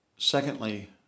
Secondly